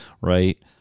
right